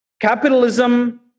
Capitalism